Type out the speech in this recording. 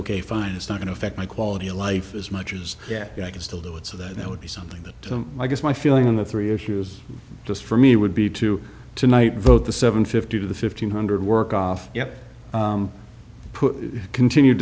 ok fine it's not in effect my quality of life as much as yeah i can still do it so that would be something that i guess my feeling in the three issue is just for me it would be to tonight vote the seven fifty to the fifteen hundred work off yet put continued